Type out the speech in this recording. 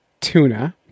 tuna